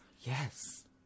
Yes